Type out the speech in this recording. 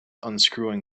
unscrewing